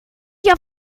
your